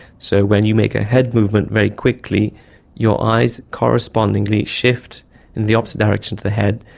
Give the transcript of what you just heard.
so when you make a head movement very quickly your eyes correspondingly shift in the opposite direction to the head,